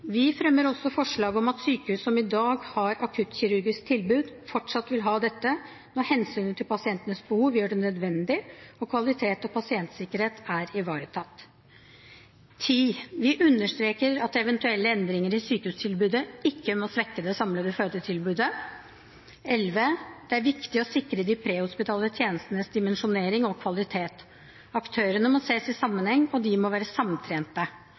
Vi fremmer også forslag om at sykehus som i dag har akuttkirurgisk tilbud, fortsatt vil ha dette når hensynet til pasientenes behov gjør det nødvendig, og kvalitet og pasientsikkerhet er ivaretatt. Vi understreker at eventuelle endringer i sykehustilbudet ikke må svekke det samlede fødetilbudet. Det er viktig å sikre de prehospitale tjenestenes dimensjonering og kvalitet. Aktørene må sees i sammenheng, og de må være samtrente.